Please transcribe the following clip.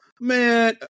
man